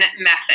method